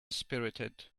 spirited